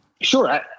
Sure